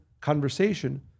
conversation